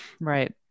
Right